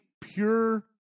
pure